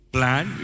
Plan